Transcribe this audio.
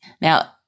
Now